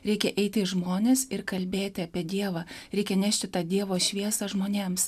reikia eiti į žmones ir kalbėti apie dievą reikia nešti tą dievo šviesą žmonėms